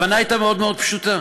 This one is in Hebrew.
ההבנה הייתה מאוד מאוד פשוטה.